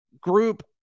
group